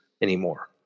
anymore